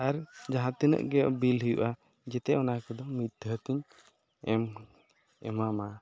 ᱟᱨ ᱡᱟᱦᱟᱸ ᱛᱤᱱᱟᱹᱜ ᱜᱮ ᱵᱤᱞ ᱦᱩᱭᱩᱜᱼᱟ ᱡᱮᱛᱮ ᱚᱱᱟᱠᱚᱫᱚ ᱢᱤᱫ ᱫᱷᱟᱣᱛᱮᱧ ᱮᱢ ᱮᱢᱟᱢᱟ